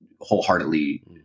wholeheartedly